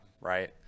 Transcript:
right